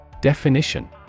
Definition